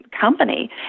company